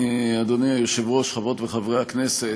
אדוני היושב-ראש, תודה רבה, חברות וחברי הכנסת,